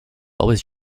always